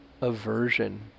aversion